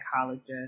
psychologist